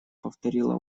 повторила